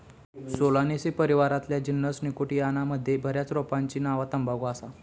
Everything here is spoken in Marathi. सोलानेसी परिवारातल्या जीनस निकोटियाना मध्ये बऱ्याच रोपांची नावा तंबाखू असा